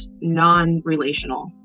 non-relational